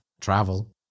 travel